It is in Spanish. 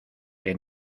que